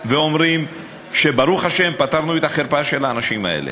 ואומרים שברוך השם פתרנו את החרפה של האנשים האלה.